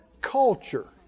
culture